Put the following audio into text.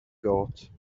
got